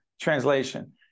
Translation